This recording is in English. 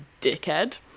dickhead